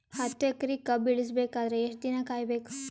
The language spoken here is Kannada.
ಹತ್ತು ಎಕರೆ ಕಬ್ಬ ಇಳಿಸ ಬೇಕಾದರ ಎಷ್ಟು ದಿನ ಕಾಯಿ ಬೇಕು?